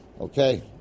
Okay